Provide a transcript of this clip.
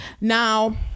now